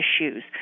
issues